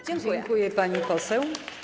Dziękuję, pani poseł.